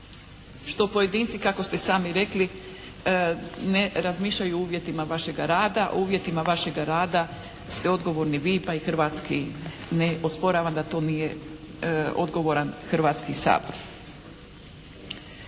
što pojedinci kako ste i sami rekli ne razmišljaju o uvjetima vašega rada. O uvjetima vašega rada ste odgovorni vi pa i hrvatski, ne osporavam da to nije odgovoran Hrvatski sabor.